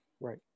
right